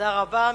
תודה רבה.